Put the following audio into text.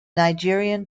nigerian